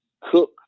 cook